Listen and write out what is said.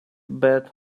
beat